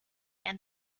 and